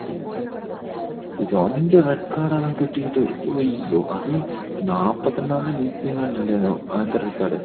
ഓ രണ്ട് റെഡ് കാർഡൊക്കെ കിട്ടിയിട്ട് അയ്യോ അതും നാല്പ്പത്തിരണ്ടാമത്തെ മിനിറ്റിലെങ്ങാണ്ടല്ലായിരുന്നുവോ ആദ്യത്തെ റെഡ് കാർഡ്